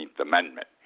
Amendment